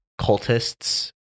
cultists